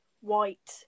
white